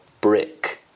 brick